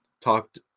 talked